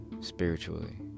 spiritually